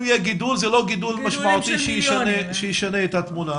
יהיה גידול זה לא גידול משמעותי שישנה את התמונה.